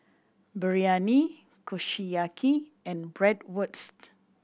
Biryani Kushiyaki and Bratwurst